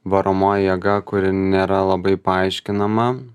varomoji jėga kuri nėra labai paaiškinama